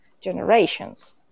generations